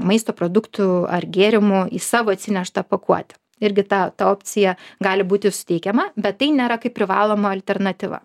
maisto produktų ar gėrimų į savo atsineštą pakuotę irgi ta ta opcija gali būti suteikiama bet tai nėra kaip privaloma alternatyva